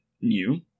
new